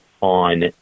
on